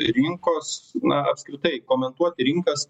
rinkos na apskritai komentuoti rinkas